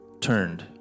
turned